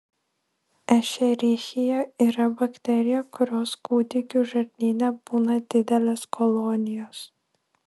ešerichija yra bakterija kurios kūdikių žarnyne būna didelės kolonijos